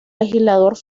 legislador